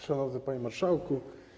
Szanowny Panie Marszałku!